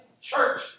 church